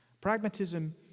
Pragmatism